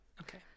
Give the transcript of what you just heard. Okay